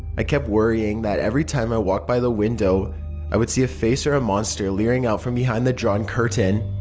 i kept worrying that every time i walked by the window i would see a face or a monster leering out from behind the drawn curtain.